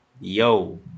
yo